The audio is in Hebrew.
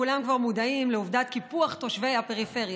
כולם כבר מודעים לעובדת קיפוח תושבי הפריפריה,